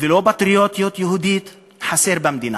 ולא פטריוטיות יהודית חסרות במדינה.